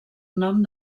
nom